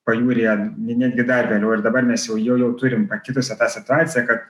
pajūryje net netgi dar vėliau ir dabar mes jau jau turime pakitusią situaciją kad